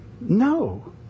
No